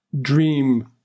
dream